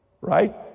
Right